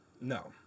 No